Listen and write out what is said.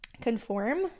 conform